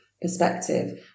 perspective